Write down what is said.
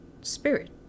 spirit